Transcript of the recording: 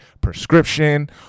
prescription